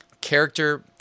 character